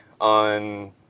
on